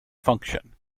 function